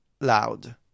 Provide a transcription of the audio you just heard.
loud